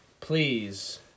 please